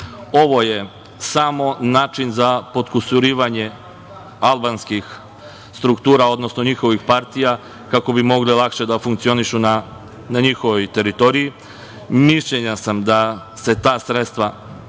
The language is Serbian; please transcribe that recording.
je samo način za potkusurivanje albanskih struktura, odnosno njihovih partija kako bi mogli lakše da funkcionišu na njihovoj teritoriji. Mišljenja sam da se ta sredstva